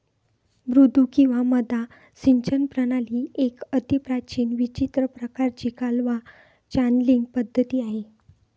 मुद्दू किंवा मद्दा सिंचन प्रणाली एक अतिप्राचीन विचित्र प्रकाराची कालवा चॅनलींग पद्धती आहे